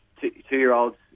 Two-year-olds